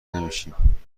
نمیشیم